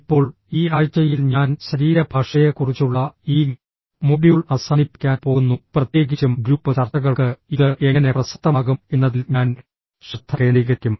ഇപ്പോൾ ഈ ആഴ്ചയിൽ ഞാൻ ശരീരഭാഷയെക്കുറിച്ചുള്ള ഈ മൊഡ്യൂൾ അവസാനിപ്പിക്കാൻ പോകുന്നു പ്രത്യേകിച്ചും ഗ്രൂപ്പ് ചർച്ചകൾക്ക് ഇത് എങ്ങനെ പ്രസക്തമാകും എന്നതിൽ ഞാൻ ശ്രദ്ധ കേന്ദ്രീകരിക്കും